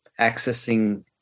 accessing